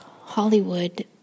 Hollywood